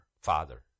father